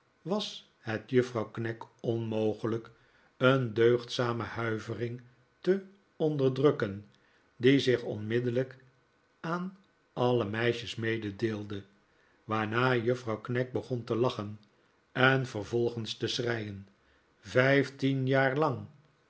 was het juffrouw knag onmogelijk een deugdzame huivering te onderdrukken die zich onmiddellijk aan alle meisjes mededeelde waarna juffrouw knag begon te lachen en vervolgehs te schreien vijftien jaar lang